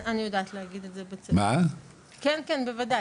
כן בוודאי.